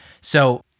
So-